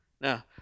now